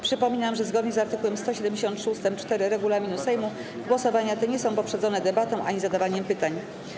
Przypominam, że zgodnie z art. 173 ust. 4 regulaminu Sejmu głosowania te nie są poprzedzone debatą ani zadawaniem pytań.